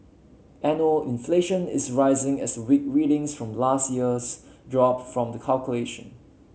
annual inflation is rising as weak readings from last years drop from the calculation